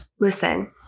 Listen